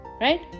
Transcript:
right